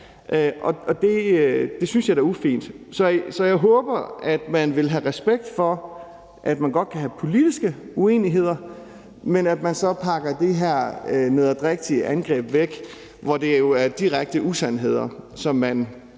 det synes jeg da er ufint. Så jeg håber, at man vil have respekt for, at der godt kan være politiske uenigheder, og at man så pakker det her nederdrægtige angreb væk, hvor det jo er direkte usandheder, som man